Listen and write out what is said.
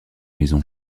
maison